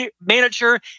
manager